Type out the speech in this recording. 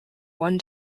one